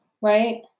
right